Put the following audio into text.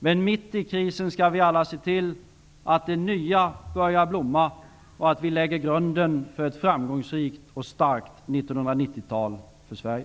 Men mitt i krisen skall vi alla se till allt det nya som börjar blomma och lägga grunden för ett framgångsrikt och starkt 1990-tal för Sverige.